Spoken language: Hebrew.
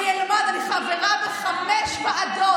אני חברה בחמש ועדות,